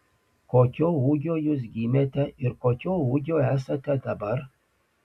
kokio ūgio jūs gimėte ir kokio ūgio esate dabar